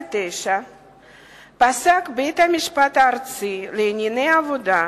2009 פסק בית-המשפט הארצי לענייני עבודה,